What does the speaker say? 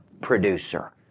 Producer